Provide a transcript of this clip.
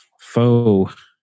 faux